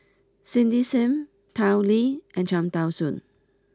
Cindy Sim Tao Li and Cham Tao Soon